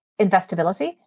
investability